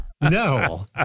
No